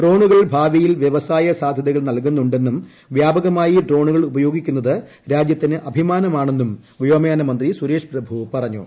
ഡ്രോണുകൾ ഭാവിയിൽ വ്യവസായ സ്ഥാക്യ്തകൾ നല്കുന്നു ണ്ടെന്നും വ്യാപകമായി ഡ്രോണുക്ൾ ഉപ്യോഗിക്കുന്നത് രാജ്യ ത്തിന് അഭിമാനമാണെന്നു വ്യൂമ്മയാന്ത്രി സുരേഷ് പ്രഭു പറ ഞ്ഞു